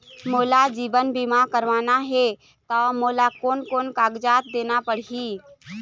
मोला जीवन बीमा करवाना हे ता मोला कोन कोन कागजात देना पड़ही?